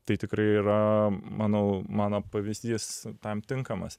tai tikrai yra manau mano pavyzdys tam tinkamas